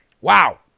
wow